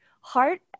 heart